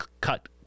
cut